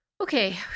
Okay